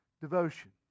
devotion